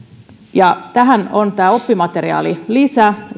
ja tämä oppimateriaalilisä